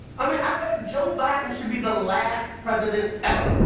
i mean, i think joe biden should be the last president ever